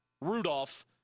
Rudolph